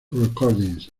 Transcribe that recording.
recordings